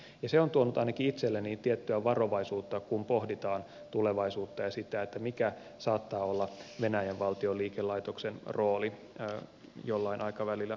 ja se on tuonut ainakin itselleni tiettyä varovaisuutta kun pohditaan tulevaisuutta ja sitä mikä saattaa olla venäjän valtion liikelaitoksen rooli jollain aikavälillä tässäkin hankkeessa